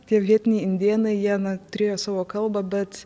tie vietiniai indėnai jie na turėjo savo kalbą bet